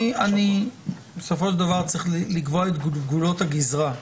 בסופו של דבר, צריך לקבוע את גבולות הגזרה.